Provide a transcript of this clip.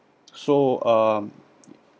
so um